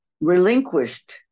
relinquished